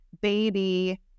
baby